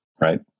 right